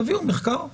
תביאו מחקר חיצוני,